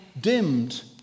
dimmed